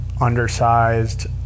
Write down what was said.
undersized